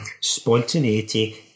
Spontaneity